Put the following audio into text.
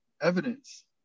evidence